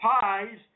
pies